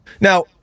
Now